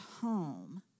home